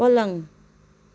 पलङ